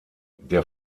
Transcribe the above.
der